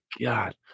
God